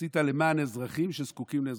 עשית למען אזרחים שזקוקים לעזרתך.